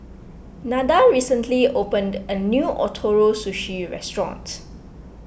Nada recently opened a new Ootoro Sushi restaurant